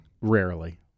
Rarely